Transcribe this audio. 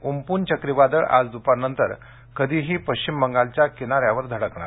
उम पून चक्रीवादळ आज दूपारनंतर कधीही पश्चिम बंगालच्या किनार्या वर धडकणार